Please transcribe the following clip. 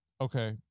Okay